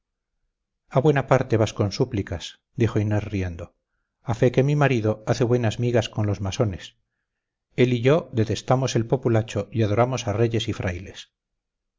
a buena parte vas con súplicas dijo inés riendo a fe que mi marido hace buenas migas con los masones él y yo detestamos el populacho y adoramos a reyes y frailes